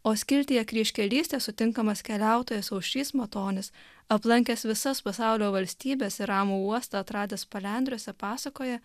o skiltyje kryžkelystė sutinkamas keliautojas aušrys matonis aplankęs visas pasaulio valstybes ir ramų uostą atradęs palendriuose pasakoja